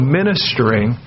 ministering